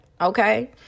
Okay